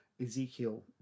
Ezekiel